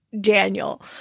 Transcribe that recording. Daniel